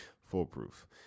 foolproof